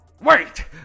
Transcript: Wait